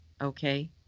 okay